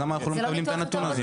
אז למה אנחנו לא מקבלים את הנתון הזה?